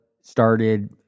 started